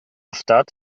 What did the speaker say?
stadt